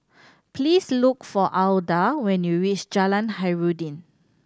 please look for Alda when you reach Jalan Khairuddin